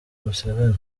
museveni